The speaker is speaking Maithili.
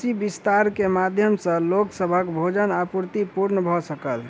कृषि विस्तार के माध्यम सॅ लोक सभक भोजन आपूर्ति पूर्ण भ सकल